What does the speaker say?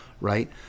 Right